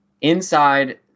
inside